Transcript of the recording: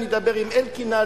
אני אדבר עם אלקין,